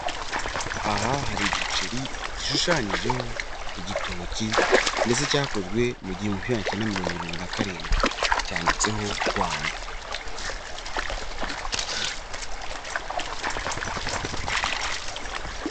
Aha hari igiceri gishushanyijeho igitoki mbese cyakozwe mu gihumbi kimwe magana kenda mirongo irindwi na karindwi, cyanditseho Rwanda.